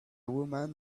woman